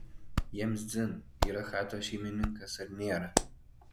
jiems dzin yra chatos šeimininkas ar nėra